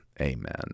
Amen